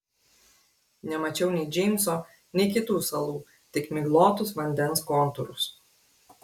nemačiau nei džeimso nei kitų salų tik miglotus vandens kontūrus